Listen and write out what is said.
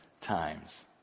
times